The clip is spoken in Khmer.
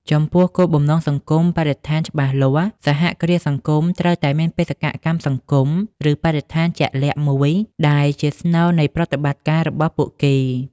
ចំពោះគោលបំណងសង្គមបរិស្ថានច្បាស់លាស់ សហគ្រាសសង្គមត្រូវតែមានបេសកកម្មសង្គម ឬបរិស្ថានជាក់លាក់មួយដែលជាស្នូលនៃការប្រតិបត្តិរបស់ពួកគេ ។